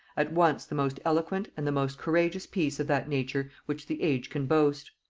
at once the most eloquent and the most courageous piece of that nature which the age can boast.